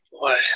boy